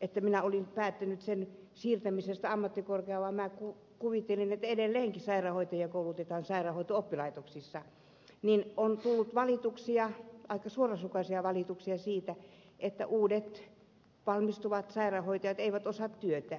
että minä päätin sen siirtämisestä ammattikorkeaan vaan kuvittelin että edelleenkin sairaanhoitajia koulutetaan sairaanhoito oppilaitoksissa on tullut valituksia aika suorasukaisia valituksia siitä että uudet valmistuvat sairaanhoitajat eivät osaa työtään